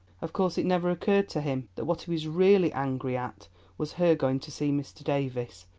of course it never occurred to him that what he was really angry at was her going to see mr. davies,